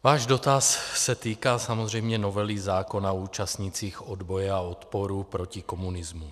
Váš dotaz se týká samozřejmě novely zákona o účastnících odboje a odporu proti komunismu.